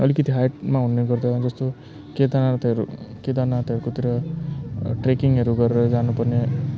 अलिकति हाइटमा हुने गर्दा जस्तो केदरनाथहरू केदरनाथहरूकोतिर ट्रेकिङहरू गरेर जानु पर्ने